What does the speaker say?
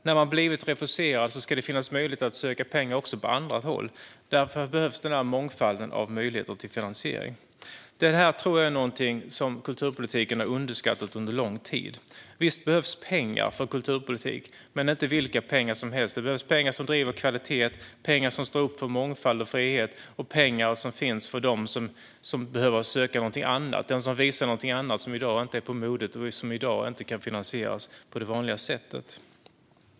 När man har blivit refuserad ska det finnas möjlighet att söka pengar också på andra håll, och därför behövs en mångfald av möjligheter till finansiering. Det här tror jag är någonting som kulturpolitiken har underskattat under lång tid. Visst behövs pengar för kulturpolitik, men inte vilka pengar som helst. Det behövs pengar som driver kvalitet, pengar som står upp för mångfald och frihet och pengar för dem som behöver söka någonting annat, den som visar någonting annat som i dag inte är på modet och som i dag inte kan finansieras på det vanliga sättet.